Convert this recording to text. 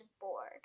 bored